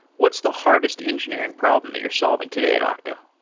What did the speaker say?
what's the hardest engineering problem that you're solving today at okta?